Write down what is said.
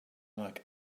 like